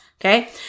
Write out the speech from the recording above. Okay